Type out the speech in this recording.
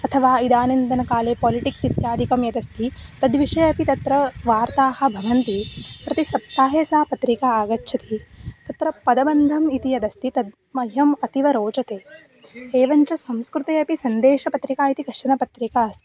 अथवा इदानीन्तनकाले पोलिटिक्स् इत्यादिकं यदस्ति तद्विषये अपि तत्र वार्ताः भवन्ति प्रतिसप्ताहं सा पत्रिका आगच्छति तत्र पदबन्धम् इति यदस्ति तद् मह्यम् अतीव रोचते एवं च संस्कृते अपि सन्देशपत्रिका इति काचन पत्रिका अस्ति